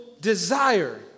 desire